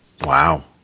Wow